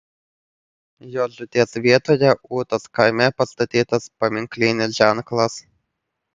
jo žūties vietoje ūtos kaime pastatytas paminklinis ženklas